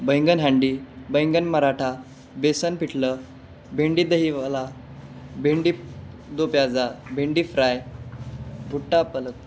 बैंगन हंडी बैंगन मराठा बेसन पिठलं भेंडी दहीवाला भेंडी दो प्याजा भेंडी फ्राय फुट्टा पालक